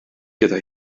gyda